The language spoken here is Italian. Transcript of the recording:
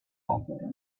opera